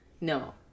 no